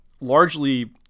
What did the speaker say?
largely